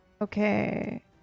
Okay